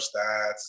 stats